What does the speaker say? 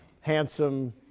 handsome